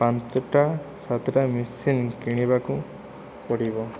ପାଞ୍ଚଟା ସାତଟା ମେସିନ୍ କିଣିବାକୁ ପଡ଼ିବ